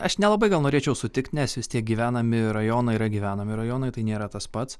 aš nelabai gal norėčiau sutikt nes vis tiek gyvenami rajonai yra gyvenami rajonai tai nėra tas pats